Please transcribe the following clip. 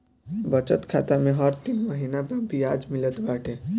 बचत खाता में हर तीन महिना पअ बियाज मिलत बाटे